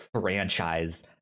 franchise